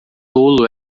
tolo